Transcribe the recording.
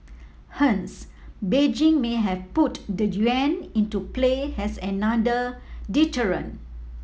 hence Beijing may have put the yuan into play as another deterrent